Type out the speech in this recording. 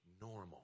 normal